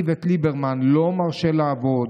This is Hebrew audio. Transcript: איווט ליברמן לא מרשה לעבוד.